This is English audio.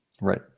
Right